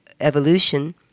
evolution